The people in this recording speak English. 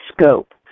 scope